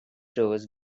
tours